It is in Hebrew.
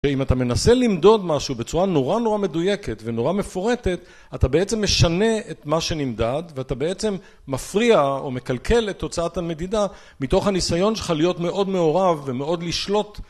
שאם אתה מנסה למדוד משהו בצורה נורא נורא מדויקת ונורא מפורטת, אתה בעצם משנה את מה שנמדד, ואתה בעצם מפריע או מקלקל את תוצאת המדידה מתוך הניסיון שלך להיות מאוד מעורב ומאוד לשלוט